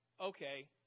okay